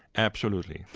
absolutely.